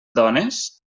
dones